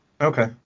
Okay